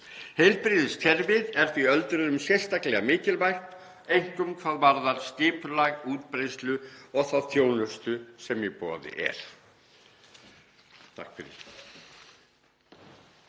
Heilbrigðiskerfið er því öldruðum sérstaklega mikilvægt einkum hvað varðar skipulag, útbreiðslu og þá þjónustu sem í boði er.“